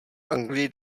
anglii